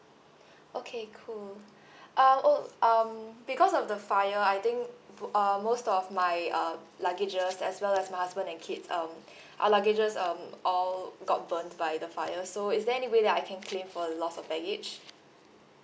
okay cool uh oh um because of the fire I think um most of my uh luggages as well as my husband and kids um our luggages um all got burnt by the fire so is there any way that I can claim for loss of baggage